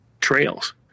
trails